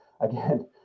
again